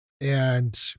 and-